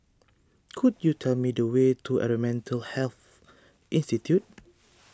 could you tell me the way to Environmental Health Institute